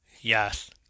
Yes